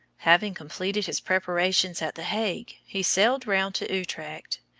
having completed his preparations at the hague, he sailed round to utrecht.